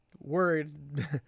worried